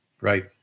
Right